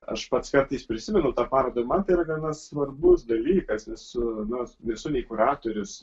aš pats kartais prisimenu tą parodą man tai yra gana svarbus dalykas nes na nesu nei kuratorius